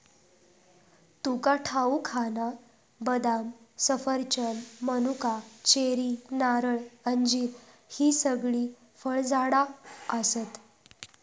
तुका ठाऊक हा ना, बदाम, सफरचंद, मनुका, चेरी, नारळ, अंजीर हि सगळी फळझाडा आसत